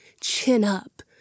chin-up